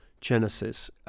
genesis